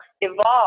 evolve